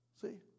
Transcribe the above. See